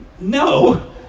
No